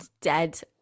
dead